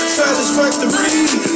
satisfactory